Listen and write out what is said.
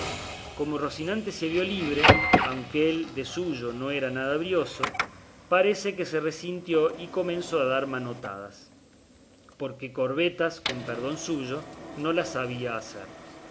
como rocinante se vio libre aunque él de suyo no era nada brioso parece que se resintió y comenzó a dar manotadas porque corvetas con perdón suyo no las sabía hacer